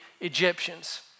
Egyptians